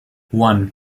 one